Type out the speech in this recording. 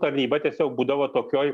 tarnyba tiesiog būdavo tokioj